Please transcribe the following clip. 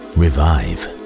revive